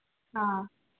ꯑ